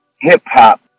hip-hop